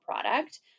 product